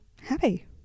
happy